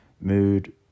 Mood